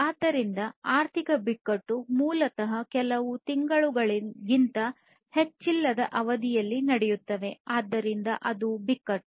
ಆದ್ದರಿಂದ ಆರ್ಥಿಕ ಬಿಕ್ಕಟ್ಟು ಮೂಲತಃ ಕೆಲವು ತಿಂಗಳುಗಳಿಗಿಂತ ಹೆಚ್ಚಿಲ್ಲದ ಅವಧಿಯಲ್ಲಿ ನಡೆಯುತ್ತದೆ ಆದ್ದರಿಂದ ಅದು ಬಿಕ್ಕಟ್ಟು